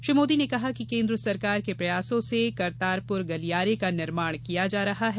श्री मोदी ने कहा कि केन्द्र सरकार के प्रयासों से करतारपुर गलियारे का निर्माण किया जा रहा है